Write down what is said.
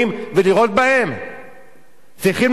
צריכים לעשות מעשה, וזה מה שאמר שר הפנים.